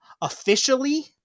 Officially